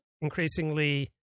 increasingly